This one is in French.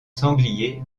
sanglier